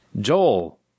Joel